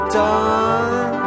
done